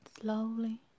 slowly